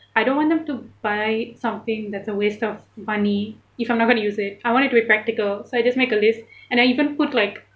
I don't want them to buy something that's a waste of money if I'm going to use it I want it to be practical so I just make a list and I even put like